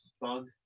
bug